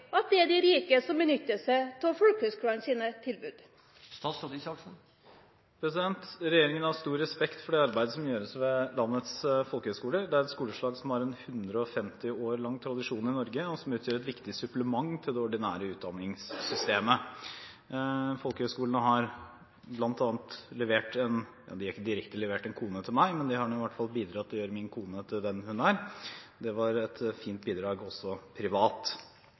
at det er de rike som benytter seg av folkehøgskolenes tilbud?» Regjeringen har stor respekt for det arbeidet som gjøres ved landets folkehøyskoler. Det er et skoleslag som har en 150 år lang tradisjon i Norge, og som utgjør et viktig supplement til det ordinære utdanningssystemet. Folkehøyskolene har bl.a. – ja, ikke akkurat levert en kone til meg, men i hvert fall bidratt til å gjøre min kone til den hun er. Det var et fint bidrag også privat.